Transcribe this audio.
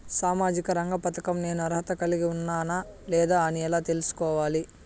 సామాజిక రంగ పథకం నేను అర్హత కలిగి ఉన్నానా లేదా అని ఎలా తెల్సుకోవాలి?